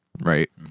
Right